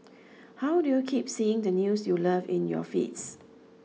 how do you keep seeing the news you love in your feeds